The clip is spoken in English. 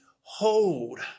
hold